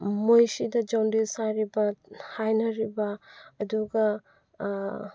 ꯃꯣꯏꯁꯤꯗ ꯖꯣꯟꯗꯤꯁ ꯍꯥꯏꯔꯤꯕ ꯍꯥꯏꯅꯔꯤꯕ ꯑꯗꯨꯒ